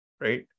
right